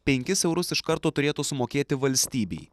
penkis eurus iš karto turėtų sumokėti valstybei